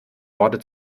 worte